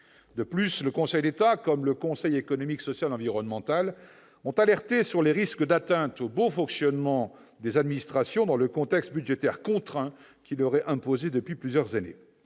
De plus, tant le Conseil d'État que le Conseil économique, social et environnemental, le CESE, ont signalé les risques d'atteinte au bon fonctionnement des administrations, dans le contexte budgétaire contraint qui leur est imposé depuis plusieurs années.